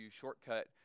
shortcut